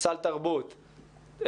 סל תרבות,